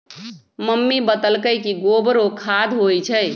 mummy बतअलई कि गोबरो खाद होई छई